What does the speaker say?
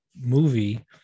movie